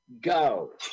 Go